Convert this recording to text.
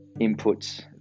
inputs